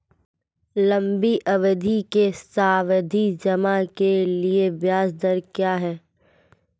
लंबी अवधि के सावधि जमा के लिए ब्याज दर क्या है?